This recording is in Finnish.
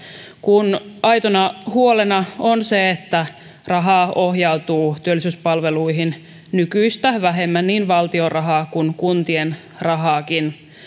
kun aitona huolena on se että rahaa ohjautuu työllisyyspalveluihin nykyistä vähemmän niin valtion rahaa kuin kuntien rahaakin